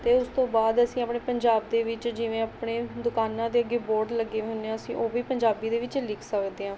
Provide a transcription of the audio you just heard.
ਅਤੇ ਉਸ ਤੋਂ ਬਾਅਦ ਅਸੀਂ ਆਪਣੇ ਪੰਜਾਬ ਦੇ ਵਿੱਚ ਜਿਵੇਂ ਆਪਣੇ ਦੁਕਾਨਾਂ ਦੇ ਅੱਗੇ ਬੋਰਡ ਲੱਗੇ ਵੇ ਹੁੰਦੇ ਆ ਅਸੀਂ ਉਹ ਵੀ ਪੰਜਾਬੀ ਦੇ ਵਿੱਚ ਲਿਖ ਸਕਦੇ ਹਾਂ